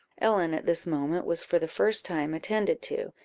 ellen, at this moment, was, for the first time, attended to,